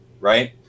right